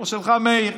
או שלך, מאיר.